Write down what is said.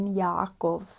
Yaakov